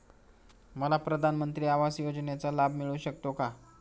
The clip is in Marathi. मला प्रधानमंत्री आवास योजनेचा लाभ मिळू शकतो का?